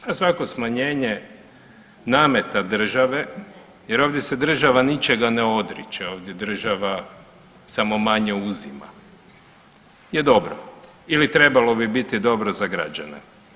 Pa svako smanjenje nameta države jer ovdje se država ničega ne odriče, ovdje država samo manje uzima je dobro ili trebalo bi biti dobro za građane.